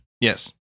Yes